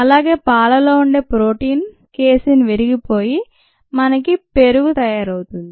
అలాగే పాలల్లో ఉండే ప్రోటీన్ కేసిన్ విరిగిపోయి మనకి పెరుగు తయారవుతుంది